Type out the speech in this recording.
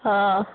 हँ